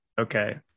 Okay